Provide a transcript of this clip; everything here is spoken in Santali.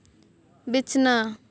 ᱵᱤᱪᱷᱱᱟᱹ